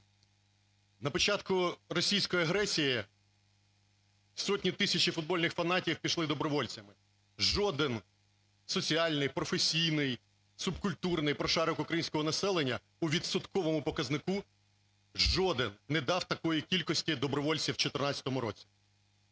На початку російської агресії сотні тисяч футбольних фанатів пішли добровольцями. Жоден соціальний, професійний, субкультурний прошарок українського населення у відсотковому показнику, жоден не дав такої кількості добровольців в 14-му році.